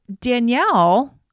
Danielle